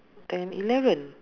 ten eleven